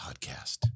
podcast